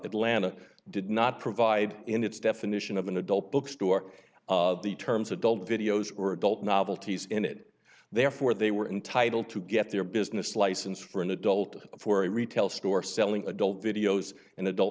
atlanta did not provide in its definition of an adult bookstore the terms adult videos or adult novelties in it therefore they were entitled to get their business license for an adult for a retail store selling adult videos and adult